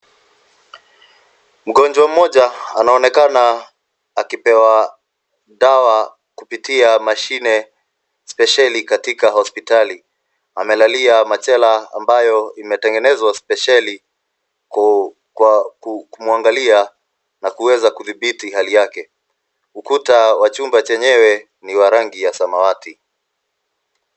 Mgonjwa mmoja anaonekana akipewa dawa kupitia mashine spesheli katika hospitali. Amelalia machela ambayo imetegenezwa spesheli kumwangalia na kuweza kudhibiti hali yake. Ukuta wa chumba chenyewe ni wa rangi ya samawati .